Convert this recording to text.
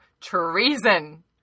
Treason